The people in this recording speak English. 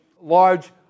large